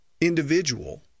individual